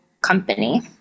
company